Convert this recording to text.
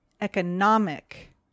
economic